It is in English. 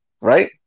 right